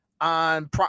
on